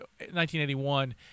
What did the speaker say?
1981